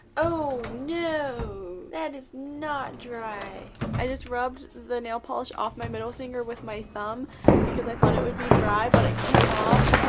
oh nooooo. that is not dry i just rubbed the nail polish off my middle finger with my thumb because i thought it would be dry, but it came off.